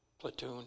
platoon